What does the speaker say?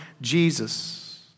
Jesus